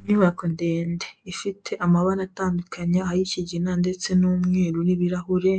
Inyubako ndende ifite amabara atandukanye ay'ikigina ndetse n'umweru n'ibirahure,